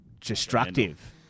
destructive